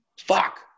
Fuck